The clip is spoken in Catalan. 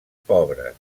pobres